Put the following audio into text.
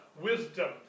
wisdom